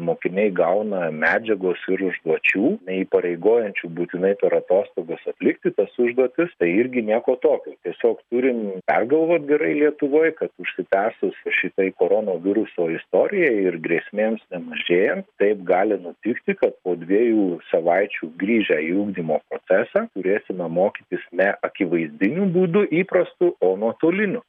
mokiniai gauna medžiagos ir užduočių neįpareigojančių būtinai per atostogas atlikti tas užduotis tai irgi nieko tokio tiesiog turim pergalvot gerai lietuvoj kad užsitęsus šitai koronaviruso istorijai ir grėsmėms nemažėjant taip gali nutikti kad po dviejų savaičių grįžę į ugdymo procesą turėsime mokytis neakivaizdiniu būdu įprastu o nuotoliniu